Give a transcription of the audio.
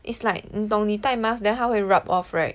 it's like 你懂你带 mask then 它会 rub off right